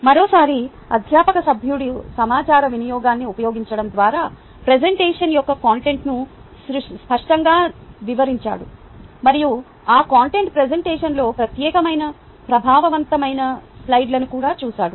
మరోసారి అధ్యాపక సభ్యుడు సమాచార వినియోగాన్ని ఉపయోగించడం ద్వారా ప్రెజెంటేషన్ యొక్క కంటెంట్ను స్పష్టంగా వివరించాడు మరియు ఆ కంటెంట్ ప్రెజెంటేషన్లో ప్రత్యేకమైన ప్రభావవంతమైన స్లైడ్లను కూడా చూశాడు